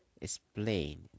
explain